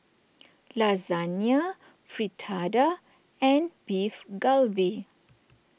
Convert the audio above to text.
Lasagne Fritada and Beef Galbi